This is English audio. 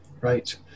right